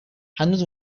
هنوز